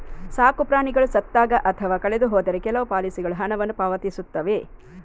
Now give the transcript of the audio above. ಸಾಕು ಪ್ರಾಣಿಗಳು ಸತ್ತಾಗ ಅಥವಾ ಕಳೆದು ಹೋದರೆ ಕೆಲವು ಪಾಲಿಸಿಗಳು ಹಣವನ್ನು ಪಾವತಿಸುತ್ತವೆ